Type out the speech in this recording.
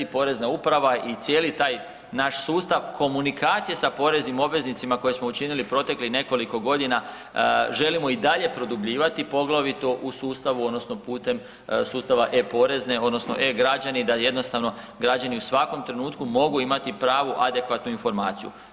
Porezna uprava i cijeli taj naš sustav komunikacije sa poreznim obveznicima koje smo učinili proteklih nekoliko godina želimo i dalje produbljivati, poglavito u sustavu odnosno putem sustava e-porezne odnosno e-građani da jednostavno građani u svakom trenutku mogu imati pravu adekvatnu informaciju.